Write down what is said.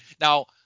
Now